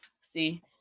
See